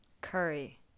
Curry